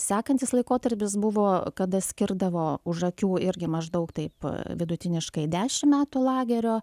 sekantis laikotarpis buvo kada skirdavo už akių irgi maždaug taip vidutiniškai dešimt metų lagerio